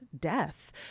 death